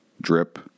drip